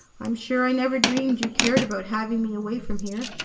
i'm sure i never dreamed you cared about having me away from here.